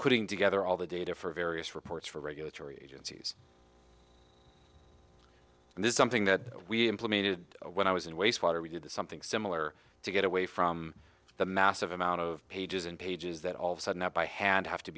putting together all the data for various reports for regulatory agencies and this is something that we implemented when i was in wastewater we did something similar to get away from the massive amount of pages and pages that all of sudden that by hand have to